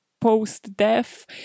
post-death